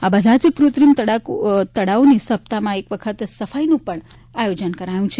આ બધા જ કૃત્રિમ તળાવોની સપ્તાહમાં એક વખત સફાઈનું પણ આયોજન કરાયું છે